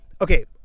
Okay